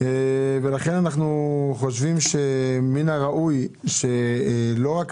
אנחנו צריכים לקיים דיון על